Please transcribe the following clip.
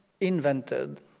invented